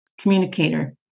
communicator